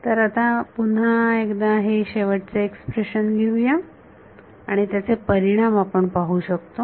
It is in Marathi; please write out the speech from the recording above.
तर आता पुन्हा एकदा हे शेवटचे एक्सप्रेशन लिहूया आणि त्याचे परिणाम आपण पाहू शकतो